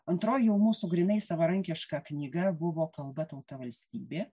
antroji jau mūsų grynai savarankiška knyga buvo kalba tauta valstybė